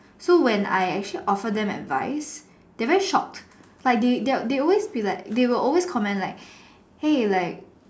so when I actually offer them advice they're very shocked like they they they always be like they will always comment like hey like